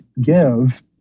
give